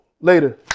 later